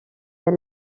this